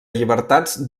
llibertats